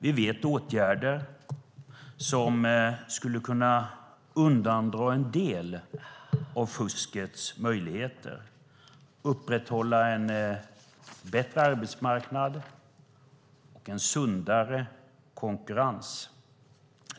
Vi vet åtgärder som skulle kunna undandra en del av fuskets möjligheter, upprätthålla en bättre arbetsmarknad och en sundare konkurrens.